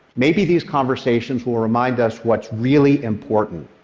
maybe these conversations will remind us what's really important.